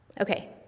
Okay